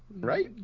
Right